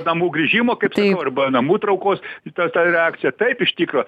namų grįžimo kaip sakau arba namų traukos į tą tą reakciją taip iš tikro